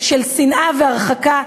של שנאה והרחקה,